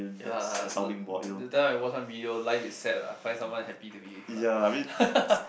ya that time I watched some video life is sad lah find someone happy to be with lah